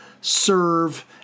serve